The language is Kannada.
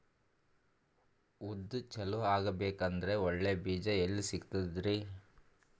ಉದ್ದು ಚಲೋ ಆಗಬೇಕಂದ್ರೆ ಒಳ್ಳೆ ಬೀಜ ಎಲ್ ಸಿಗತದರೀ?